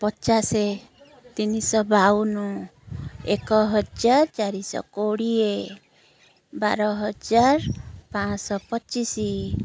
ପଚାଶ ତିନି ଶହ ବାଉନ ଏକ ହଜାର ଚାରି ଶହ କୋଡ଼ିଏ ବାର ହଜାର ପାଞ୍ଚଶହ ପଚିଶ